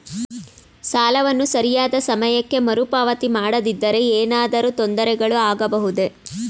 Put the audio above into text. ಸಾಲವನ್ನು ಸರಿಯಾದ ಸಮಯಕ್ಕೆ ಮರುಪಾವತಿ ಮಾಡದಿದ್ದರೆ ಏನಾದರೂ ತೊಂದರೆಗಳು ಆಗಬಹುದೇ?